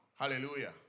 Hallelujah